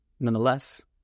Nonetheless